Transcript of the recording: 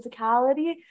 physicality